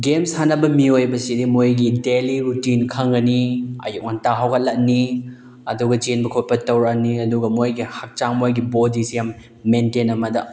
game ꯁꯥꯟꯅꯕ ꯃꯤꯑꯣꯏꯕꯁꯤꯗꯤ ꯃꯣꯏꯒꯤ ꯗꯦꯜꯂꯤ ꯔꯨꯇꯤꯟ ꯈꯪꯒꯅꯤ ꯑꯌꯨꯛ ꯉꯝꯇꯥ ꯍꯧꯒꯠꯂꯅꯤ ꯑꯗꯨꯒ ꯆꯦꯟꯕ ꯈꯣꯠꯄ ꯇꯧꯔꯅꯤ ꯑꯗꯨꯒ ꯃꯣꯏꯒꯤ ꯍꯛꯆꯥꯡ ꯃꯣꯏꯒꯤ ꯕꯣꯗꯤꯁꯦ ꯌꯥꯝ ꯃꯦꯟꯇꯦꯟ ꯑꯃꯗ